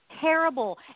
Terrible